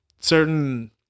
certain